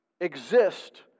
exist